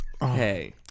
Hey